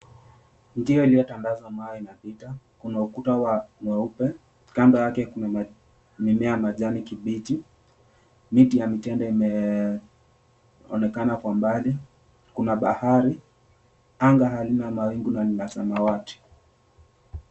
Njia iliyotandazwa mawe inapita, kuna ukuta wa mweupe. Kando yake kuna mimea ya majani kibichi, miti ya mitindo imeonekana kwa mbali kuna bahari. Anga halina mawingu na ni la samawati.